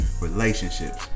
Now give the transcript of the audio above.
relationships